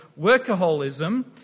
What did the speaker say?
Workaholism